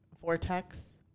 Vortex